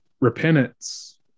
repentance